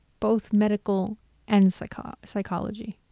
both medical and so like ah psychology.